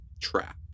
trap